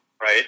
right